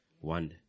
One